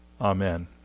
Amen